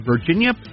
Virginia